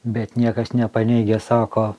bet niekas nepaneigė sako